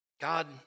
God